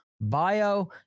bio